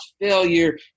failure